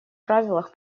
правилах